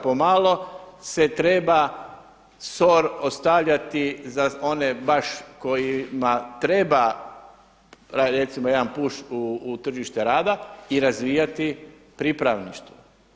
Pomalo se treba SOR ostavljati za one baš kojima treba, recimo jedan push u tržište rada i razvijati pripravništvo.